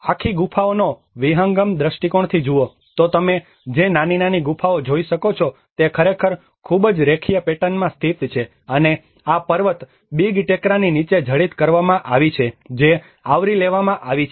અને જો તમે આખી ગુફાઓનો વિહંગમ દ્રષ્ટિકોણથી જુઓ તો તમે જે નાની નાની ગુફાઓ જોઈ શકો છો તે ખરેખર ખૂબ જ રેખીય પેટર્નમાં સ્થિત છે અને આ પર્વત બિગ ટેકરાની નીચે જડિત કરવામાં આવી છે જે આવરી લેવામાં આવી છે